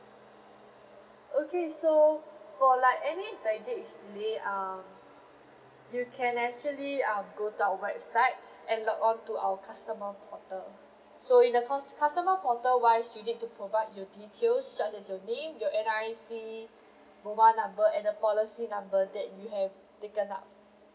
okay so for like any baggage delay um you can actually um go to our website and log on to our customer portal so in the por~ customer portal wise you need to provide your details such as your name your N_R_I_C mobile number and the policy number that you have taken up